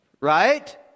right